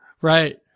Right